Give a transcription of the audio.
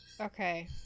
Okay